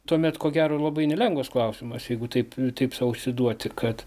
tuomet ko gero labai nelengvas klausimas jeigu taip taip sau užsiduoti kad